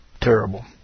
terrible